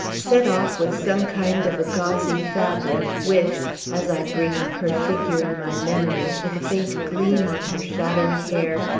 set off with some kind of a gauzy fabric, which as i bring up her figure in my memory, with a faint gleam on her shadowy hair,